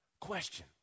Question